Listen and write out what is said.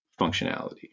functionality